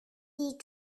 die